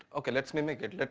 okay, let's mimic it,